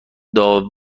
دارو